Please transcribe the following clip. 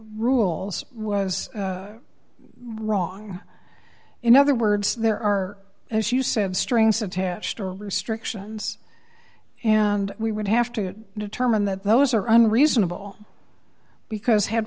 rules was wrong in other words there are as you say have strings attached or restrictions and we would have to determine that those are unreasonable because had